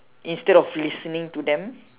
instead of listening to them